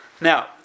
Now